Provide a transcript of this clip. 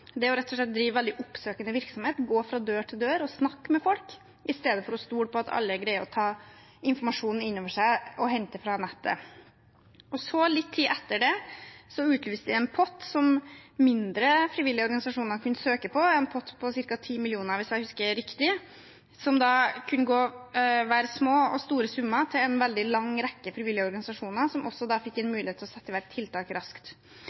det å rett og slett drive veldig oppsøkende virksomhet, gå fra dør til dør og snakke med folk i stedet for å stole på at alle greier å ta informasjonen inn over seg og hente den fra nettet. En tid etterpå utlyste vi en pott som mindre, frivillige organisasjoner kunne søke på, en pott på ca. 10 mill. kr, hvis jeg husker riktig, som kunne være små og store summer til en veldig lang rekke frivillige organisasjoner som da fikk en mulighet til å sette i verk tiltak raskt.